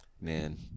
Man